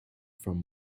from